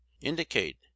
indicate